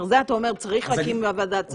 זה אתה אומר צריך להקים ועדה,